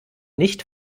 nicht